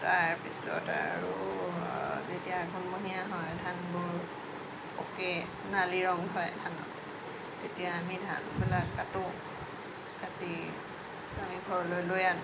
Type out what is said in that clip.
তাৰ পিছত আৰু যেতিয়া আঘোণমহীয়া হয় ধানবোৰ পকে সোণালী ৰং হয় ধানত তেতিয়া আমি ধানবিলাক কাটো কাটি আমি ঘৰলৈ লৈ আনো